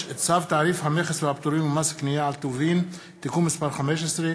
צו תעריף המכס והפטורים ומס קנייה על טובין (תיקון מס' 15),